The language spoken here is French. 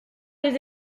les